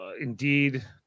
indeed